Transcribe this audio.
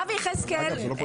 אבי יחזקאל,